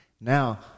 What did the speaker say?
Now